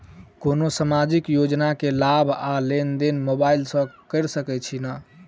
कोनो सामाजिक योजना केँ लाभ आ लेनदेन मोबाइल सँ कैर सकै छिःना?